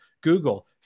Google